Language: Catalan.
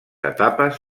etapes